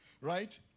Right